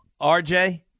RJ